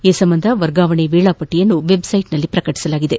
ಈ ಸಂಬಂಧ ವರ್ಗಾವಣೆ ವೇಳಾಪಟ್ಟಿಯನ್ನು ವೆಬ್ಸೈಟ್ನಲ್ಲಿ ಪ್ರಕಟಿಸಲಾಗಿದೆ